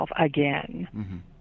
again